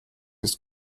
ist